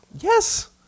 Yes